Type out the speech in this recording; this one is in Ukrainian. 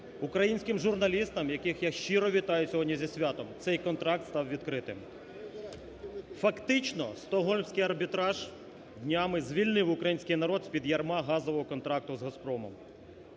українським журналістам, яких я щиро вітаю сьогодні зі святом, цей контракт став відкритим. Фактично Стокгольмський арбітраж днями звільнив український народ з-під ярма газового контракту з "Газпромом".